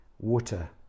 water